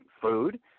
food